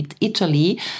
Italy